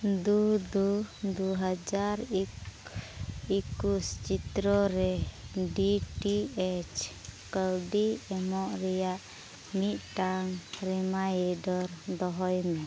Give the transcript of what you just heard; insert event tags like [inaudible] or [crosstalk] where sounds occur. ᱫᱩ ᱫᱩ ᱫᱩ ᱦᱟᱡᱟᱨ [unintelligible] ᱮᱠᱩᱥ ᱛᱟᱨᱤᱠᱷᱨᱮ ᱰᱤ ᱴᱤ ᱮᱭᱤᱪ ᱠᱟᱣᱰᱤ ᱮᱢᱚᱜ ᱨᱮᱱᱟᱜ ᱢᱤᱫᱴᱟᱝ ᱨᱤᱢᱟᱭᱤᱱᱰᱟᱨ ᱫᱚᱦᱚᱭᱢᱮ